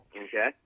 Okay